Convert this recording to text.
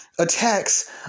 attacks